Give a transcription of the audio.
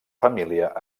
família